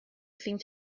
seemed